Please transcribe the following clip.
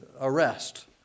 arrest